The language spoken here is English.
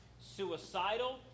suicidal